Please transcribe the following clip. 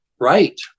right